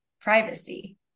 privacy